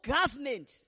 government